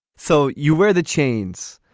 so you wear the chains.